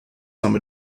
some